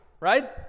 right